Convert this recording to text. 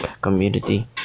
community